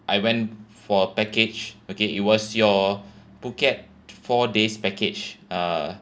I went for a package okay it was your phuket four days package uh